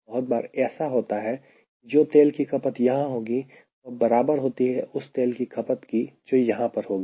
बहुत बार ऐसा होता है की जो तेल की खपत यहां होगी वह बराबर होती है उस तेल की खपत की जो यहां पर होगी